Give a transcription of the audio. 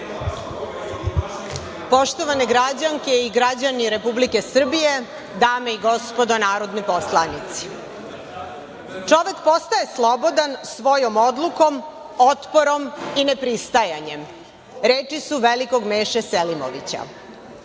Poštovane građanke i građani Republike Srbije, dame i gospodo narodni poslanici, „Čovek postaje slobodan svojom odlukom, otporom i nepristajanjem“, reči su velikog Meše Selimovića. Od